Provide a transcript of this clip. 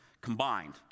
combined